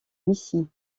missy